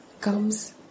comes